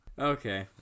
okay